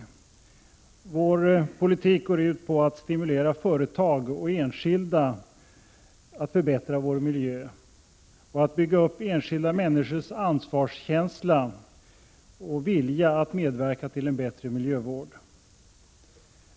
Den moderata politiken går ut på att stimulera företag och enskilda att förbättra miljön och att bygga upp enskilda människors ansvarskänsla och vilja att medverka till en bättre miljövård.